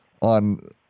on